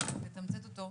לתמצת אותו,